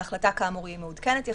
ההחלטה כאמור מעודכנת יחסית,